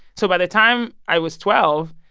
so by the time i was twelve,